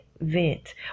vent